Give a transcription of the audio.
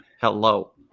Hello